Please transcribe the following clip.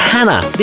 Hannah